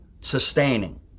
sustaining